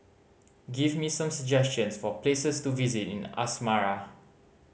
give me some suggestions for places to visit in Asmara